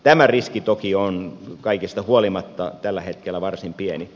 tämä riski toki on kaikesta huolimatta tällä hetkellä varsin pieni